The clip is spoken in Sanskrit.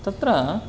तत्र